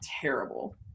terrible